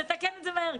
חייבים שזה יהיה הכרחי.